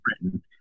Britain